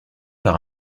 par